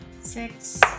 Six